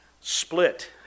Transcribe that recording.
split